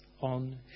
on